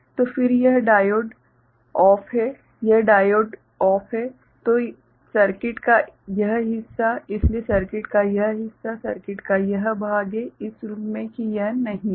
तो फिर यह डायोड बंद है यह डायोड बंदहै तो सर्किट का यह हिस्सा इसलिए सर्किट का यह हिस्सा सर्किट का यह भाग है इस रूप में की यह नहीं है